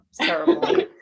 terrible